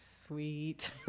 Sweet